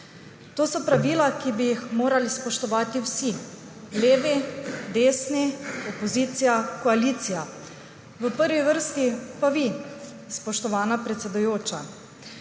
To so pravila, ki bi jih morali spoštovati vsi – levi, desni, opozicija, koalicija, v prvi vrsti pa vi, spoštovana predsedujoča.